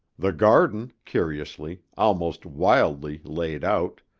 the garden, curiously, almost wildly, laid out,